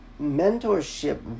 mentorship